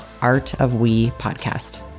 artofwepodcast